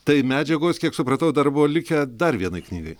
tai medžiagos kiek supratau dar buvo likę dar vienai knygai